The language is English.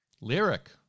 Lyric